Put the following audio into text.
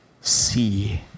see